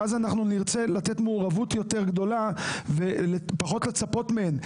שאז אנחנו נרצה לתת מעורבות יותר גדולה ופחות לצפות מהן,